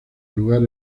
lugar